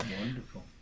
wonderful